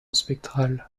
spectrale